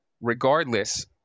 regardless